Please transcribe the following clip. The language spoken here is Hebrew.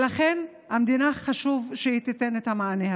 לכן חשוב שהמדינה תיתן את המענה הזה.